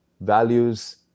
values